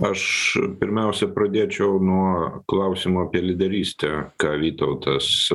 aš pirmiausia pradėčiau nuo klausimo apie lyderystę ką vytautas